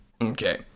Okay